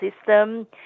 system